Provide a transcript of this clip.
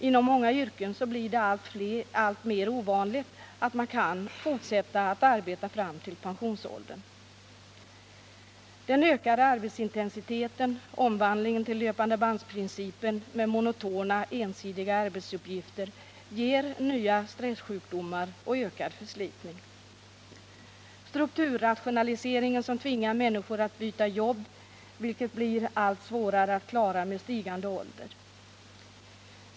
Inom många yrken blir det alltmer ovanligt att man kan fortsätta att arbeta fram till pensionsåldern. Den ökade arbetsintensiteten och omvandlingen till löpandebandsprincipen med monotona, ensidiga arbetsuppgifter ger stressjukdomar och ökad förslitning. Strukturrationaliseringen tvingar människor att byta jobb, vilket blir allt svårare att klara med stigande ålder.